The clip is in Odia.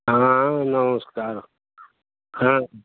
ହଁ ନମସ୍କାର ହଁ